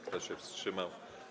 Kto się wstrzymał?